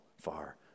far